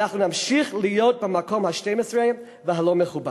אנחנו נמשיך להיות במקום ה-12 והלא-מכובד.